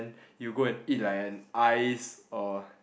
you go and eat like an ice or